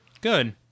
Good